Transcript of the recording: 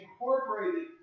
incorporated